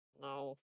No